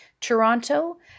Toronto